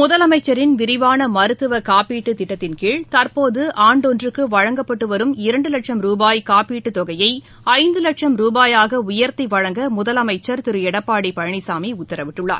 முதலமைச்சின் விரிவான மருத்துவக் காப்பீட்டு திட்டத்தின் கீழ் தற்போது ஆண்டு ஒன்றுக்கு வழங்கப்பட்டு வரும் இரண்டு வட்சம் ரூபாய் காப்பீட்டுத் தொகையை ஐந்து லட்சம் ரூபாயாக உயர்த்தி வழங்க முதலமைச்சர் திரு எடப்பாடி பழனிசாமி உத்தரவிட்டுள்ளார்